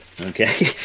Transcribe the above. Okay